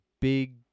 big